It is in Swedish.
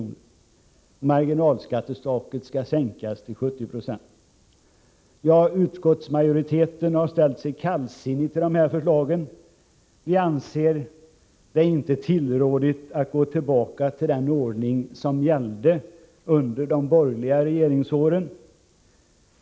och marginalskattetaket sänkas till 70 96. Utskottsmajoriteten har ställt sig kallsinnig till de här förslagen. Vi anser det inte tillrådligt att gå tillbaka till den ordning som gällde under de borgerliga regeringsåren.